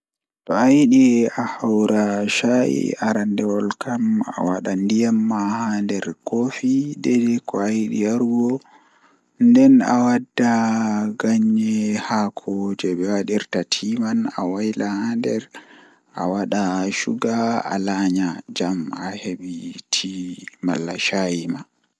To ayidi ahawra shayi arandewol kam awada ndiym haa nder koofi deidei ko ayidi yarugo, Nden awadda ganye haako jei be wadirta tea man awaila haa nder awada shuga alanya jam ahebi tea malla shayi ma.